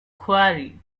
quarry